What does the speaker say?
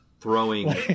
Throwing